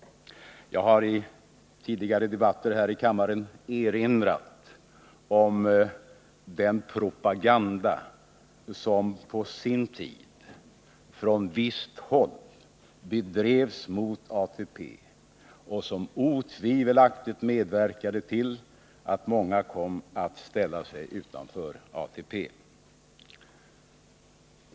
Jag har i tidigare debatter här i kammaren erinrat om den propaganda som på sin tid från visst håll bedrevs mot ATP och som otvivelaktigt medverkade till att många kom att ställa sig utanför ATP.